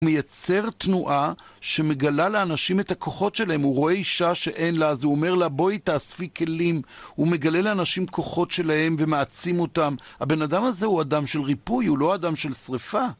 הוא מייצר תנועה שמגלה לאנשים את הכוחות שלהם, הוא רואה אישה שאין לה, אז הוא אומר לה, בואי תאספי כלים. הוא מגלה לאנשים כוחות שלהם ומעצים אותן. הבן אדם הזה הוא אדם של ריפוי, הוא לא אדם של שריפה.